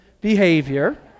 behavior